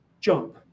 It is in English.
Jump